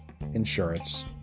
insurance